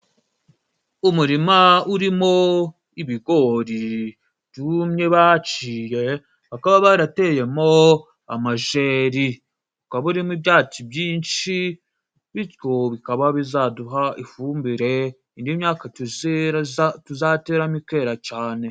Umurima urimo ibigori byumye baciye bakaba barateyemo Amajeeri, ukaba urimo ibyatsi byinshi, bityo bikaba bizaduha ifumbire indi myaka tu tuzateramokera cyane.